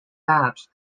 maps